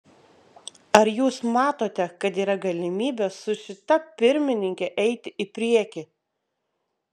ar jūs matote kad yra galimybė su šita pirmininke eiti į priekį